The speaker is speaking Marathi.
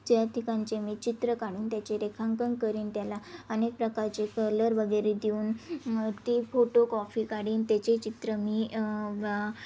त्या ठिकाणचे मी चित्र काढून त्याचे रेखांकन करीन त्याला अनेक प्रकारचे कलर वगैरे देऊन ती फोटोकॉफी काढीन त्याचे चित्र मी वा